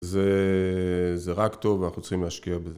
זה רק טוב ואנחנו צריכים להשקיע בזה.